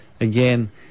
again